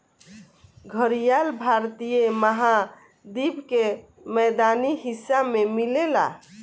घड़ियाल भारतीय महाद्वीप के मैदानी हिस्सा में मिलेला